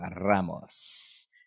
Ramos